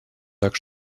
так